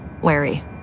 wary